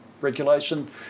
regulation